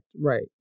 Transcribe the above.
right